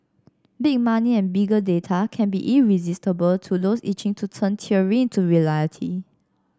big money and bigger data can be irresistible to those itching to turn theory into reality